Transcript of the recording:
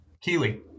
Keely